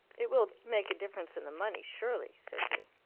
it will make a difference in the money, surely, said he.